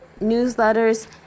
newsletters